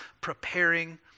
preparing